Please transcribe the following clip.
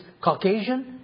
Caucasian